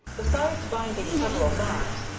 besides binding peveril's arms,